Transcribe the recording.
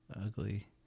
ugly